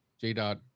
J-Dot